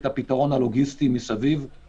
הפתרון הלוגיסטי מסביב כמה שיותר מהר מסביב,